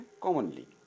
commonly